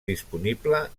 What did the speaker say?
disponible